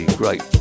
great